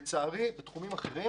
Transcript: שמראה שבתחומים אחרים